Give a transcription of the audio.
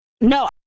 no